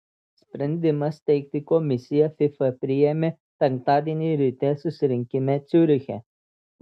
sprendimą steigti komisiją fifa priėmė penktadienį ryte susirinkime ciuriche